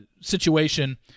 situation